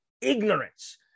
ignorance